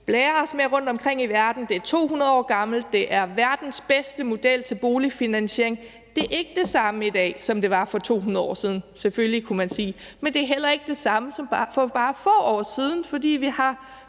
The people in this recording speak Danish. realkreditsystem rundt omkring i verden; det er 200 år gammelt, og vi siger, det er verdens bedste model til boligfinansiering. Men det er ikke det samme i dag, som det var for 200 år siden, selvfølgelig, kunne man sige, men det er heller ikke det samme som for bare få år siden, fordi vi har